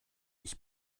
ich